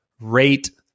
rate